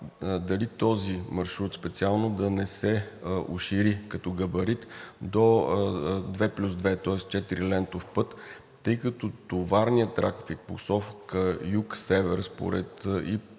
дали този маршрут специално да не се ушири като габарит до две плюс две, тоест четирилентов път, тъй като товарният трафик в посока юг – север според